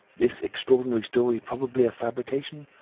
this extraordinary story probably a fabrication.